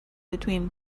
between